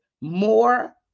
more